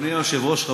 אדוני היושב-ראש,